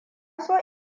so